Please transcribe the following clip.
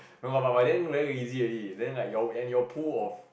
no lah but by then very easy already then like your and your pool of